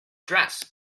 dress